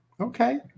Okay